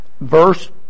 verse